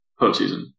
postseason